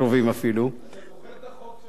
אתה זוכר את החוק שהורדנו להם מיליארד שקל,